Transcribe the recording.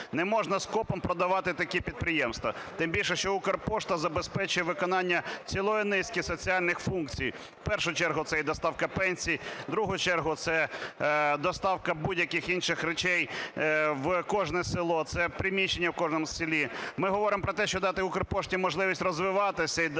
Не можна скопом продавати такі підприємства. Тим більше, що "Укрпошта" забезпечує виконання цілої низки соціальних функцій: в першу чергу, це і доставка пенсій; в другу чергу, це доставка будь-яких інших речей в кожне село; це приміщення в кожному селі. Ми говоримо про те, що дати "Укрпошті" можливість розвиватися, і щоб вона